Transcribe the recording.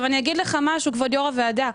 כבוד יו"ר הוועדה,